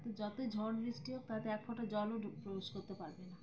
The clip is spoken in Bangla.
তো যতই ঝড় বৃষ্টি হোক তাতে এক ফোঁটা জলও প্রবেশ করতে পারবে না